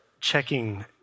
checking